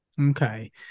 okay